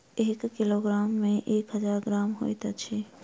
एक किलोग्राम मे एक हजार ग्राम होइत अछि